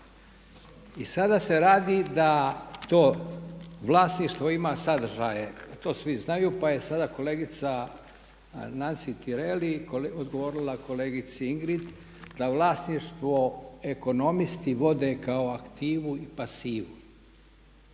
I sada se radi da to vlasništvo ima sadržaje a to svi znaju pa je sada kolegica Nansi Tireli odgovorila kolegici Ingrid da vlasništvo ekonomisti vode kao aktivu i pasivu,